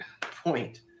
point